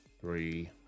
Three